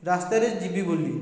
ରାସ୍ତାରେ ଯିବି ବୋଲି